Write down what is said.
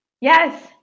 Yes